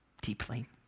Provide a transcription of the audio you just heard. deeply